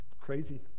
Crazy